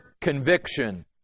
conviction